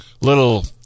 little